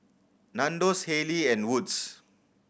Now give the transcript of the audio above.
Nandos Haylee and Wood's